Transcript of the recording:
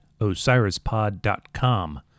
OsirisPod.com